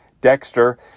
Dexter